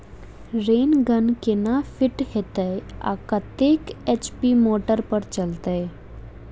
Rain gun केना fit हेतइ आ कतेक एच.पी मोटर पर चलतै?